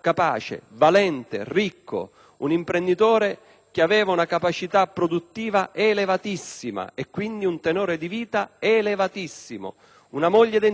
capace, valente, ricco, che aveva una capacità produttiva elevatissima e quindi un tenore di vita elevatissimo; una moglie dentista